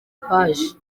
paji